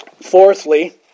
fourthly